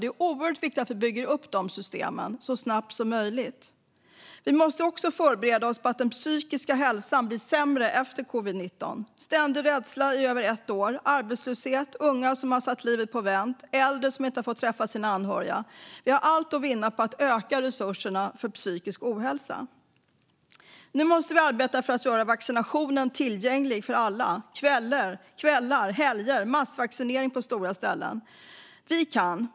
Det är oerhört viktigt att vi bygger upp de systemen så snabbt som möjligt. Vi måste också förbereda oss på att den psykiska hälsan blir sämre efter covid-19. Det handlar om ständig rädsla i över ett år, arbetslöshet, unga som har satt livet på vänt och äldre som inte har fått träffa sina anhöriga. Vi har allt att vinna på att öka resurserna mot psykisk ohälsa. Nu måste vi arbeta för att göra vaccinationen tillgänglig för alla på kvällar och helger och med massvaccinering på stora ställen. Vi kan!